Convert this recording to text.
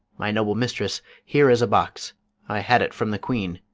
my noble mistress, here is a box i had it from the queen.